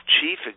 Chief